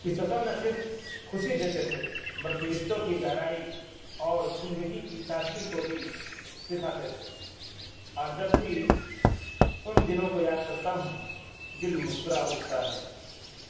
یہ سفر نہ صرف خوشی دیتے تھے بلکہ رشتوں کی گہرائی اور زندگی کی سادگی کو بھی سکھاتے تھے آج جب بھی ان دنوں کو یاد کرتا ہوں دل مسکرا اٹھتا ہے